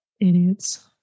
Idiots